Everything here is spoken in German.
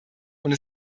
und